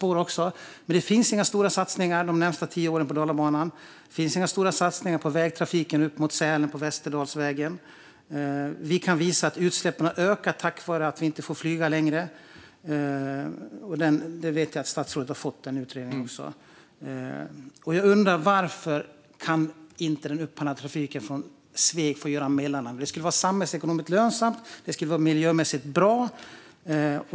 Men det finns inga stora satsningar på den de närmaste tio åren. Det finns inga stora satsningar på vägtrafiken upp mot Sälen på Västerdalsvägen heller. Vi kan visa att utsläppen har ökat på grund av vi inte får flyga längre. Jag vet att statsrådet har fått denna utredning. Varför kan inte den upphandlade trafiken från Sveg få göra en mellanlandning? Det skulle vara samhällsekonomiskt lönsamt och miljömässigt bra.